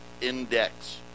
Index